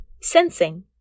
Sensing